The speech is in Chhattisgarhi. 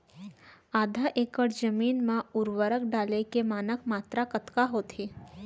आधा एकड़ जमीन मा उर्वरक डाले के मानक मात्रा कतका होथे?